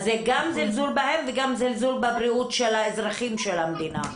אז זה גם זלזול בהם וגם זלזול בבריאות של האזרחים של המדינה.